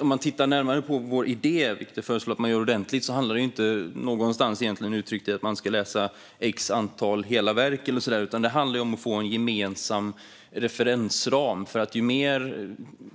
Om man tittar närmare på vår idé, vilket jag föreslår att man gör, ser man att det egentligen inte någonstans uttrycks att eleverna ska läsa ett visst antal hela verk eller så. Det handlar i stället om att få en gemensam referensram. Ju mer